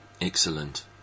Excellent